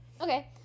okay